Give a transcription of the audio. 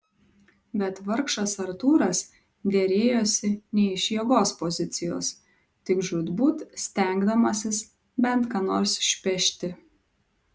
bet vargšas artūras derėjosi ne iš jėgos pozicijos tik žūtbūt stengdamasis bent ką nors išpešti